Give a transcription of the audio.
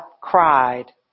cried